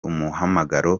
umuhamagaro